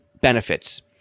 benefits